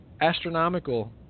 astronomical